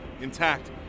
intact